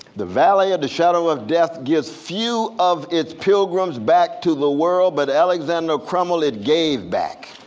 the valley of the shadow of death gives few of its pilgrims back to the world, but alexander crummell it gave back.